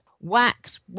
wax